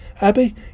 Abby